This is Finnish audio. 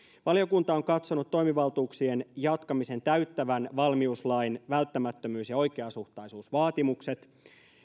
valiokunta on katsonut toimivaltuuksien jatkamisen täyttävän valmiuslain välttämättömyys ja oikeasuhtaisuusvaatimukset